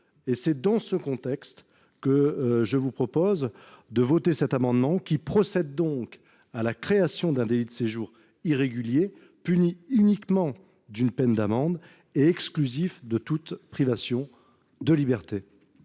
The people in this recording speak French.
de ce contexte que je vous propose de voter cet amendement : en l’adoptant, nous procéderions à la création d’un délit de séjour irrégulier puni uniquement d’une peine d’amende et exclusif de toute privation de liberté.